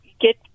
get